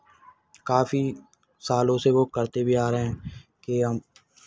काफी सालों से वो करते भी आ रहे हैं कि हम